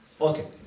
okay